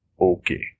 Okay